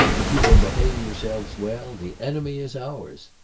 if you will behave yourselves well, the enemy is ours.